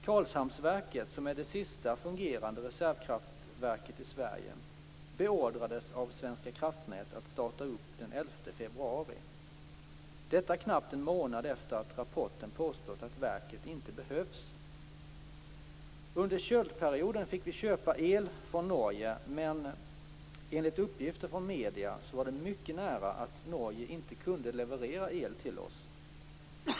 Karlshamnsverket, som är det sista fungerande reservkraftverket i Sverige, beordrades av Svenska kraftnät att starta upp den 11 februari - detta knappt en månad efter det att man i rapporten påstått att verket inte behövs. Under köldperioden fick vi köpa el från Norge, men enligt uppgifter i medier var det mycket nära att Norge inte kunde leverera el till oss.